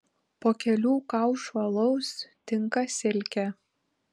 po kelių kaušų alaus tinka silkė